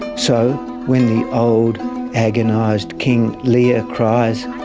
so when the old agonised king lear cries,